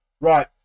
Right